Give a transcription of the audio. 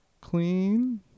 clean